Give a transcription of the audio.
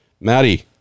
maddie